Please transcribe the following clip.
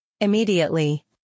Immediately